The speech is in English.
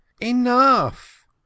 Enough